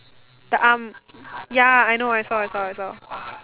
the arm ya I know I saw I saw I saw